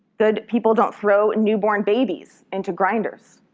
good people don't throw and newborn babies into grinders.